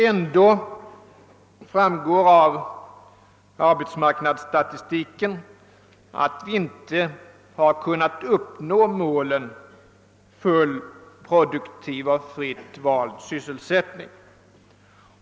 Ändå framgår det av arbetsmarknadsstatistiken att man inte har kunnat uppnå målen full, produktiv och fritt vald sysselsättning.